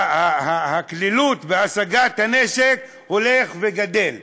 הקלות של השגת נשק הולך וגדלה.